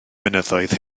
mynyddoedd